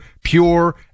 pure